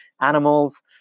animals